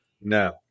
No